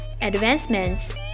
advancements